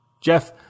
Jeff